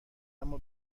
اما